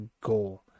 goal